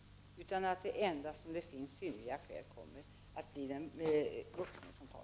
Det är endast om det föreligger synnerliga skäl som den vuxne kommer att tas i förvar.